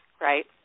right